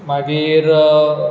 मागीर